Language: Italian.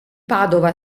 padova